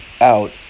out